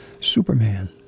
Superman